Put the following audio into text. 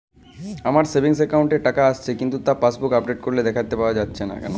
আমার savings account এ টাকা আসছে কিন্তু তা পাসবুক আপডেট করলে দেখতে পাওয়া যাচ্ছে না কেন?